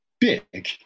big